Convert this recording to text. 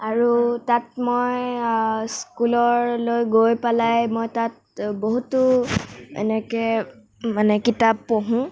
আৰু তাত মই স্কুললৈ গৈ পেলাই মই তাত বহুতো এনেকৈ মানে কিতাপ পঢ়ো